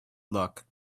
luck